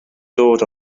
dod